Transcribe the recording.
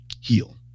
heal